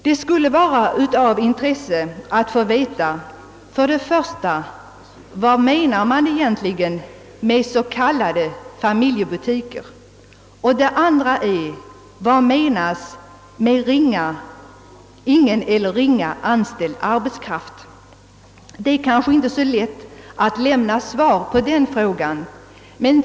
Det skulle vara av intresse att få veta för det första vad man egentligen menar med s.k. familjebutiker och för det andra vad man menar med »ingen eller ringa anställd arbetskraft». Det är kanske inte så lätt att svara på den frågan.